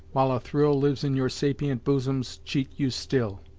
while a thrill lives in your sapient bosoms, cheat you still?